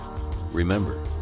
Remember